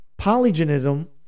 polygenism